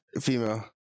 Female